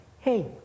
Hey